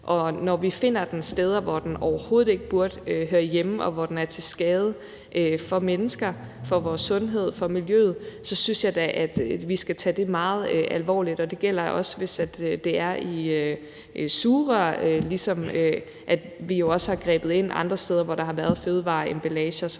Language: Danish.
når vi finder det steder, hvor det ikke burde høre hjemme, og hvor det er til skade for mennesker og vores sundhed og miljøet, så synes jeg da, vi skal tage det meget alvorligt. Og det gælder også, hvis det er i sugerør, ligesom vi jo også har grebet ind andre steder, hvor der har været fødevareemballager, der